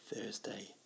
Thursday